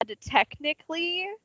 technically